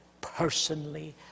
personally